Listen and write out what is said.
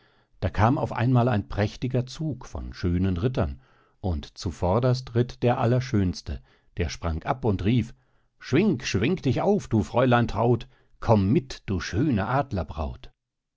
da kam auf einmal ein prächtiger zug von schönen rittern und zuvorderst ritt der allerschönste der sprang ab und rief schwing schwing dich auf du fräulein traut komm mit du schöne